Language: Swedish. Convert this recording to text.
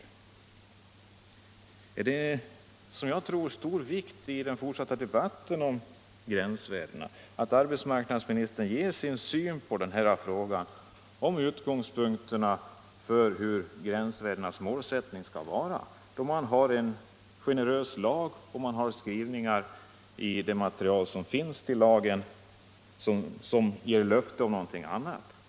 Som jag ser det är det av stor vikt för den fortsatta debatten om gränsvärdena att arbetsmarknadsministern ger sin syn på målsättningen för arbetet med fastställande av gränsvärdena. Det är av vikt när det föreslås en generös lagstiftning och när det material som ligger till grund för lagförslaget pekar i en annan riktning än den jag här talat för.